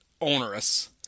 onerous